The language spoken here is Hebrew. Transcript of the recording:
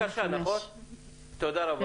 365. תודה רבה.